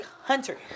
Hunter